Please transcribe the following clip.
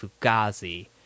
Fugazi